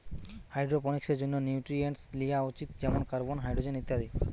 হাইড্রোপনিক্সের জন্যে নিউট্রিয়েন্টস লিয়া উচিত যেমন কার্বন, হাইড্রোজেন ইত্যাদি